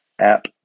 app